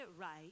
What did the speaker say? right